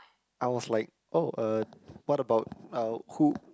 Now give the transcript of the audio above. I was like oh uh what about uh who